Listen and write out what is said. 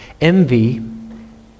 Envy